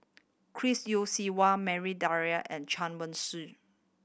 Chris Yeo Siew Hua Maria Dyer and Chen Wen Hsi